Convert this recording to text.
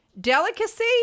delicacy